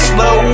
Slow